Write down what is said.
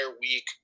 week